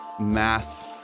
mass